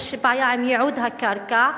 יש בעיה עם ייעוד הקרקע,